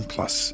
Plus